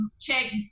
check